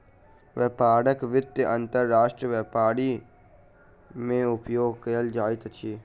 व्यापारक वित्त अंतर्राष्ट्रीय व्यापार मे उपयोग कयल जाइत अछि